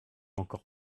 encore